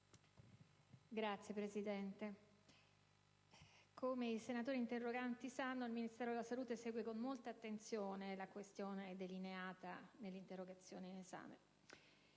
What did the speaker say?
Signora Presidente, come i senatori interroganti sanno, il Ministero della salute segue con molta attenzione la questione delineata nell'interrogazione